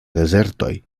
dezertoj